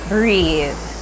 Breathe